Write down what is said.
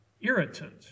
irritant